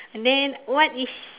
then what is